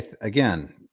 again